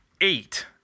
Eight